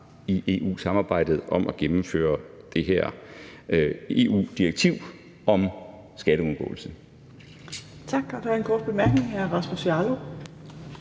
i EU-samarbejdet, om at gennemføre det her EU-direktiv om skatteundgåelse.